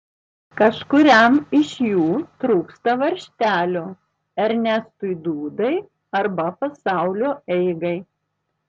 kažkuriam iš jų trūksta varžtelio ernestui dūdai arba pasaulio eigai